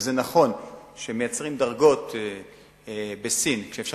וזה נכון שמייצרים דרגות בסין כשאפשר